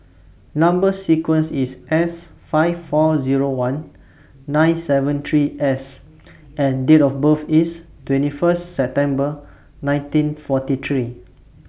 Number sequence IS S five four Zero one nine seven three S and Date of birth IS twenty First September nineteen forty three